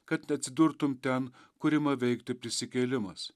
kad neatsidurtum ten kur ima veikti prisikėlimas